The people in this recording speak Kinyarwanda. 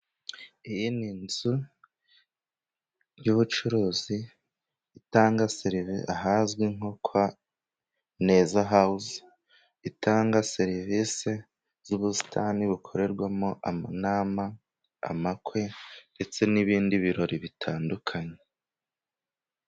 Iyi ni inzu y'ubucuruzi ahazwi nko kwa Neza house. Itanga serivisi z'ubusitani bukorerwamo inama, ubukwe ndetse n'ibindi birori bitandukanye.